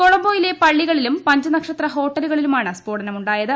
കൊളംബോയിലെ പള്ളികളിലും പഞ്ചനക്ഷത്ര ഹോട്ടലുകളിലുമാണ് സ്ഫോടനമുണ്ടായത്